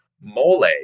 mole